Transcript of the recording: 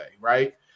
right